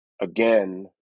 again